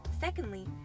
Secondly